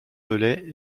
velay